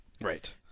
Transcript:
Right